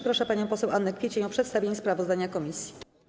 Proszę panią poseł Annę Kwiecień o przedstawienie sprawozdania komisji.